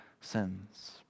sins